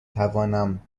توانم